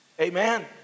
Amen